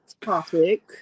topic